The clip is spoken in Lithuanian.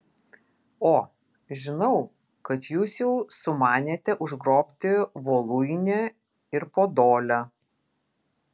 o žinau kad jūs jau sumanėte užgrobti voluinę ir podolę